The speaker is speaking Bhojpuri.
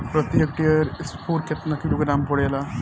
प्रति हेक्टेयर स्फूर केतना किलोग्राम पड़ेला?